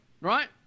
right